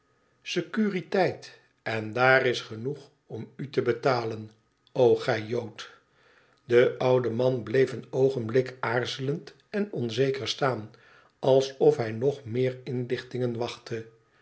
securiteit en daar is genoeg om u te betalen o gij jood i de oude man bleef een oogenblik aarzelend en onzeker staan alsof hij nog meer inlichtingen wachtte